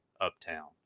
uptown